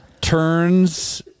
Turns